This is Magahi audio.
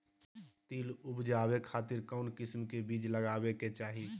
तिल उबजाबे खातिर कौन किस्म के बीज लगावे के चाही?